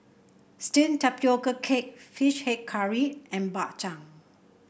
steamed Tapioca Cake fish head curry and Bak Chang